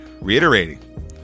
Reiterating